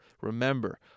Remember